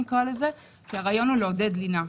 כי הרעיון הוא לעודד לינה.